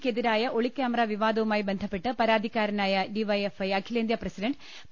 ക്കെതിരായ ഒളികാമറ വിവാദവു മായി ബന്ധപ്പെട്ട് പരാതിക്കാരനായ ഡിവൈഎഫ്ഐ അഖി ലേന്ത്യാ പ്രസിഡണ്ട് പി